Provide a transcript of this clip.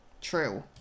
True